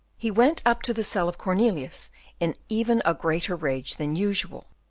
he went up to the cell of cornelius in even a greater rage than usual.